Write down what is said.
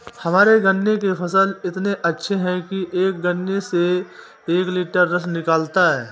हमारे गन्ने के फसल इतने अच्छे हैं कि एक गन्ने से एक लिटर रस निकालता है